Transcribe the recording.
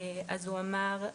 הוא אמר,